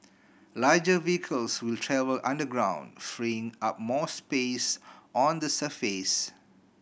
larger vehicles will travel underground freeing up more space on the surface